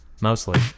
Mostly